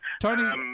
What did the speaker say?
Tony